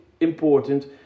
important